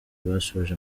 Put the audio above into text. basoje